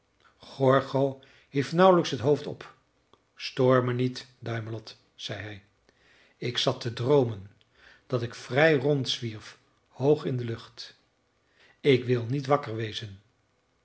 gorgo hief nauwelijks het hoofd op stoor me niet duimelot zei hij ik zat te droomen dat ik vrij rondzwierf hoog in de lucht ik wil niet wakker wezen